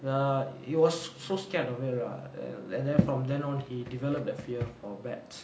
err he was so scared of it lah and then from then on he develop the fear of bats